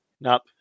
Nope